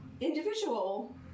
Individual